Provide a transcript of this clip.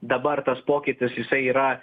dabar tas pokytis jisai yra